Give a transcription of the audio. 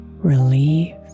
Relief